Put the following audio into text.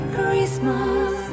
Christmas